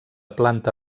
planta